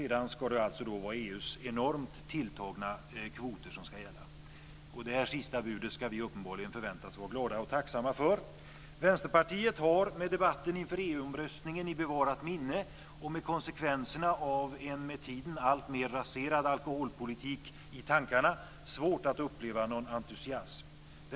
Sedan ska det vara EU:s enormt tilltagna kvoter som ska gälla. Detta sista bud ska vi uppenbarligen förväntas vara glada och tacksamma för. Vänsterpartiet har med debatten inför EU omröstningen i bevarat minne och med konsekvenserna av en med tiden alltmer raserad alkoholpolitik i tankarna svårt att uppelva någon entusiasm.